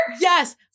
yes